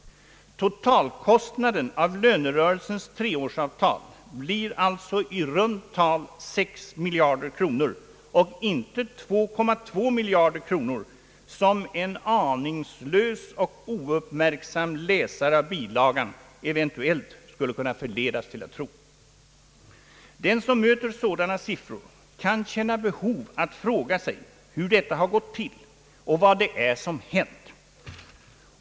Totalkostnaden för lönerörelsens treårsavtal blir alltså i runt tal 6 miljarder kronor och inte 2,2 miljarder kronor som en aningslös och ouppmärksam läsare av bilagan eventuellt skulle kunna förledas till att tro. Den som möter sådana siffror kan känna behov att fråga sig hur detta gått till och vad det är som hänt.